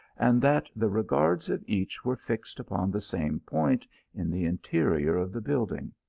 and that the regards of each were fixed upon the same point in the interior of the build ing.